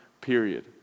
period